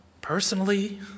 personally